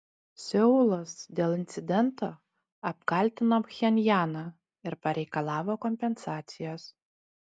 seulas dėl incidento apkaltino pchenjaną ir pareikalavo kompensacijos